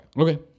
Okay